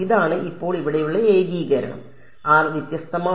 ഇതാണ് ഇപ്പോൾ ഇവിടെയുള്ള ഏകീകരണം വ്യത്യസ്തമാണ്